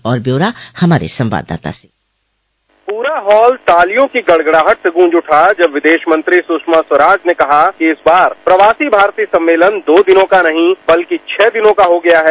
और ब्यौरा हमारे संवाददाता से पूरा हॉल तालियों की गड़गड़ाहट से गूंज उठा जब विदेश मंत्री सुषमा स्वराज ने कहा कि इस बार प्रवासी भारतीय सम्मलेन दो दिनों नहीं बल्कि छह दिनों का हो गया है